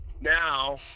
now